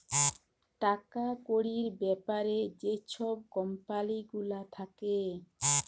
টাকা কড়ির ব্যাপারে যে ছব কম্পালি গুলা থ্যাকে